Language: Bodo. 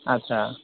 आस्सा